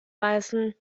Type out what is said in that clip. beißen